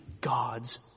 God's